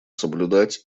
соблюдать